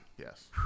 Yes